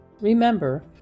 Remember